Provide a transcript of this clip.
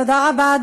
תודה רבה.